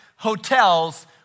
hotels